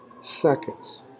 Seconds